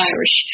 Irish